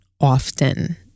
often